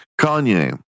Kanye